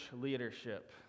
leadership